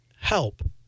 help